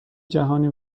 جهانی